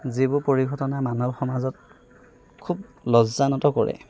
যিবোৰ পৰিঘটনা মানৱ সমাজত খুব লজ্জানত কৰে